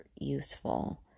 useful